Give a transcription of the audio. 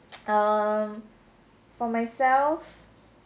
um for myself